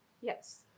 Yes